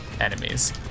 enemies